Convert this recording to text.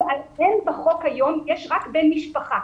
בחוק היום יש רק בן משפחה,